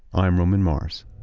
i'm roman mars